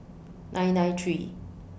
nine nine three